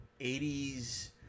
80s